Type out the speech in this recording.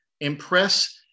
impress